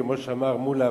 כמו שאמר מולה,